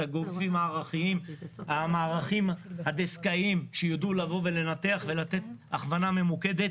את המערכים הדסקאיים שידעו לנתח ולתת הכוונה ממוקדת.